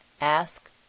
Ask